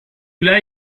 lai